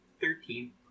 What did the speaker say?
Thirteen